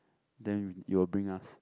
then you will bring us